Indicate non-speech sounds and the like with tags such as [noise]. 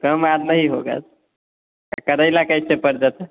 कम [unintelligible] नहीं होगा और करेला कैसे पड़ जाता है